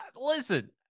Listen